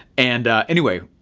and anyway,